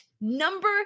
number